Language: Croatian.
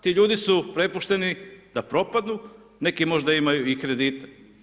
Ti ljudi su prepušteni da propadnu, neki možda imaju i kredite.